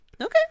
okay